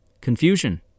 Confusion